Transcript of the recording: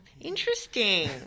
Interesting